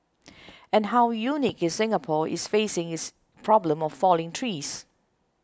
and how unique is Singapore is facing is problem of falling trees